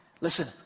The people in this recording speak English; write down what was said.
listen